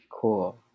Cool